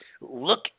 look